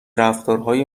رفتارهای